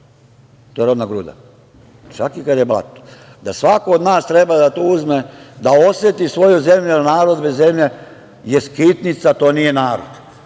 gruda rodna gruda zemlje, čak i kad je blato. Svako od nas treba da to uzme, da oseti svoju zemlju, jer narod bez zemlje je skitnica, to nije narod.